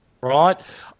right